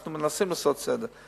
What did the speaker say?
אנחנו מנסים לעשות סדר.